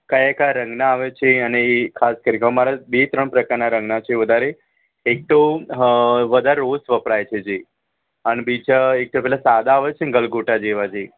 એ કયા કયા રંગનાં આવે છે અને એ ખાસ કરીએ અમારા બે ત્રણ પ્રકારના રંગનાં છે વધારે એક તો હં વધારે રોઝ વપરાય છે જે અને બીજા એક જે પેલા સાદા આવે છે ને ગલગોટા જેવા જે